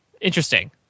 interesting